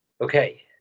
okay